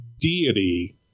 deity